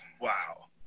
Wow